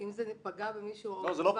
אם זה פגע במישהו --- לא,